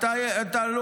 את אחלה.